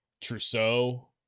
Trousseau